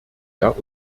der